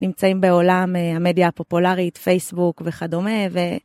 נמצאים בעולם המדיה הפופולרית, פייסבוק וכדומה, ו...